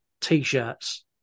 t-shirts